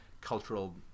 cultural